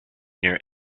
near